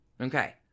Okay